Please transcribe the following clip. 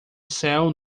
céu